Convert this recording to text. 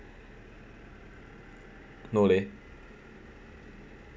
no leh